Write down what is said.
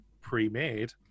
pre-made